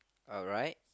alright